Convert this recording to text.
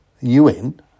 UN